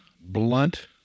blunt